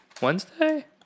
Wednesday